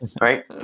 Right